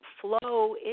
flow